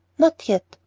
not yet,